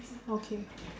okay